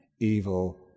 evil